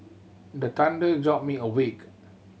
the thunder jolt me awake